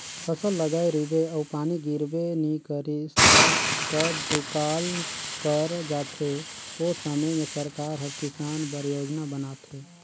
फसल लगाए रिबे अउ पानी गिरबे नी करिस ता त दुकाल पर जाथे ओ समे में सरकार हर किसान बर योजना बनाथे